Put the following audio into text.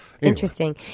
interesting